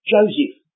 Joseph